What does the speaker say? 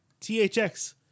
THX